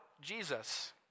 Jesus